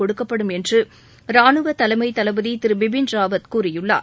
கொடுக்கப்படும் என்று ராணுவ தலைமை தளபதி திரு பிபின் ராவத் கூறியுள்ளார்